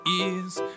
ears